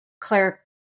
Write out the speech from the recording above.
Claire